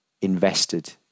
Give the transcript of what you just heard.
invested